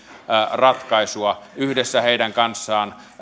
ratkaisua yhdessä järjestöjen kanssa